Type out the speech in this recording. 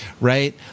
right